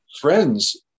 friends